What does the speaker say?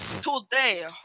Today